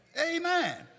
Amen